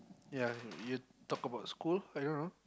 ya you talk about school I don't know